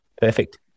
Perfect